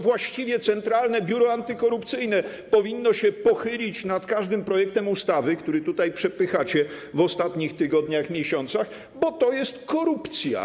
Właściwie Centralne Biuro Antykorupcyjne powinno się pochylić nad każdym projektem ustawy, który tutaj przepychacie w ostatnich tygodniach, miesiącach, bo to jest korupcja.